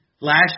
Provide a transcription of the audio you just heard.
last